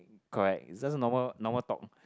correct it's just a normal normal talk